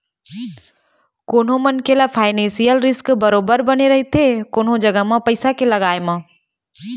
कोनो मनखे ल फानेसियल रिस्क बरोबर बने रहिथे कोनो जघा म पइसा के लगाय म